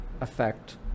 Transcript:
affect